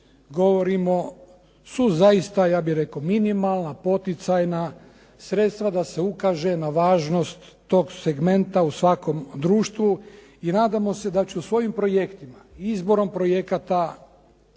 govorimo su zaista, ja bih rekao minimalna, poticajna, sredstva da se ukaže na važnost tog segmenta u svakom društvu. I nadamo se da će u svojim projektima i izborom projekata